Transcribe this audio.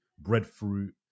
breadfruit